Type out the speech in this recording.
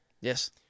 Yes